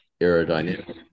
aerodynamic